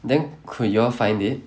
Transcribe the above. then could you all find it